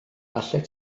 allet